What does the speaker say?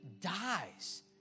dies